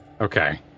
Okay